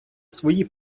свої